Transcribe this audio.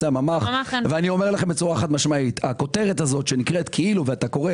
הממ"ח חד-משמעית הכותרת הזאת שנקראת כאילו ואתה קורא